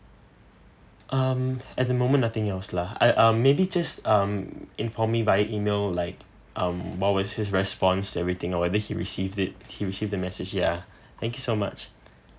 um at the moment nothing else lah I um maybe just um inform me by email like um what was his response everything or whether he received it he received the message ya thank you so much